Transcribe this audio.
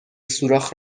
سوراخ